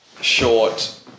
short